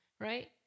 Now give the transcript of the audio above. right